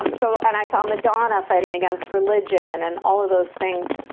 um so and i saw madonna fighting against religion, and all of those things.